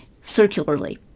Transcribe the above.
circularly